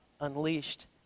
unleashed